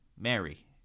Mary